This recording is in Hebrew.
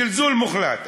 זלזול מוחלט.